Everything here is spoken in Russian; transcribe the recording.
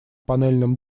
панельном